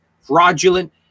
fraudulent